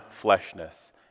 fleshness